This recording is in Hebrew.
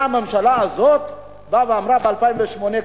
באה הממשלה הזאת ואמרה ב-2008,